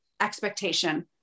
expectation